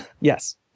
Yes